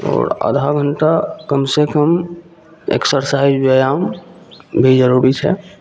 आओर आधा घण्टा कमसे कम एक्सरसाइज व्यायाम भी जरूरी छै